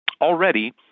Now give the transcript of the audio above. Already